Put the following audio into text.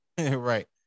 Right